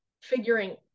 figuring